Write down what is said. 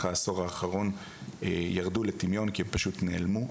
העשור האחרון ירדו לטמיון כי פשוט נעלמו,